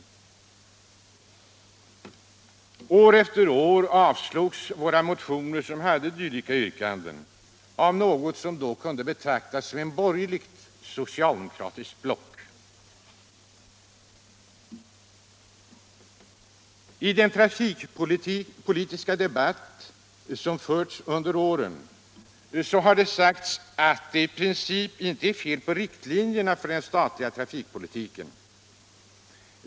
År efter år avslogs våra motioner med dylika yrkanden av något som då kunde betraktas som ett borgerligt-socialdemokratiskt block. I den trafikpolitiska debatt som förts under åren har det sagts att det i princip inte är fel på riktlinjerna för den statliga trafikpolitiken.